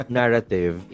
narrative